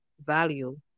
value